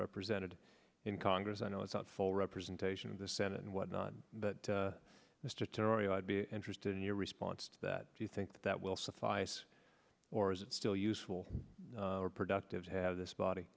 represented in congress i know it's not for representation of the senate and what not but mr terry i'd be interested in your response to that do you think that will suffice or is it still useful productive have this body